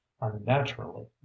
unnaturally